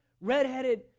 redheaded